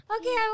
okay